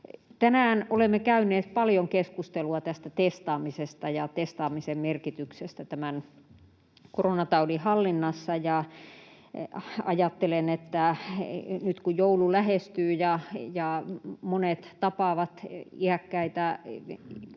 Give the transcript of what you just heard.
Tänään olemme käyneet paljon keskustelua testaamisesta ja testaamisen merkityksestä tämän koronataudin hallinnassa. Ajattelen, että nyt kun joulu lähestyy ja monet tapaavat iäkkäitä